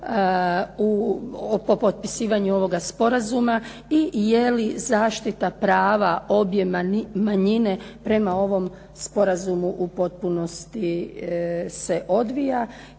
po potpisivanju ovog sporazuma i je li zaštita prava obje manjine prema ovom sporazumu u potpunosti se odvija.